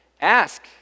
ask